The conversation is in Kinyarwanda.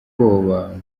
bwoba